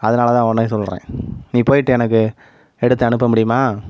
அதனால் தான் உன்னையே சொல்கிறேன் நீ போய்ட்டு எனக்கு எடுத்து அனுப்ப முடியுமா